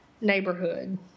neighborhood